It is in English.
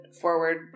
forward